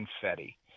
confetti